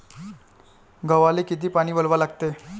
गव्हाले किती पानी वलवा लागते?